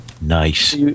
Nice